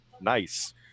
nice